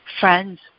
friends